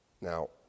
Now